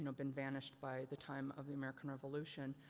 and been vanished by the time of the american revolution.